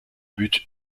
but